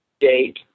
date